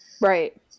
Right